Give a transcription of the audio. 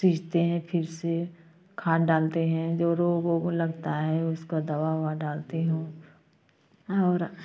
सींचते है फिर से खाद डालते है जो रोग वोग लगता है उसका दवा ऊआ डालते हैं और